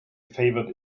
favored